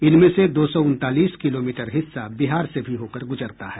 इनमें से दो सौ उनतालीस किलोमीटर हिस्सा बिहार से भी होकर गुजरता है